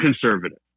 conservative